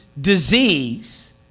disease